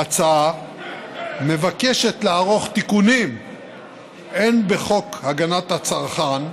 ההצעה מבקשת לערוך תיקונים הן בחוק הגנת הצרכן,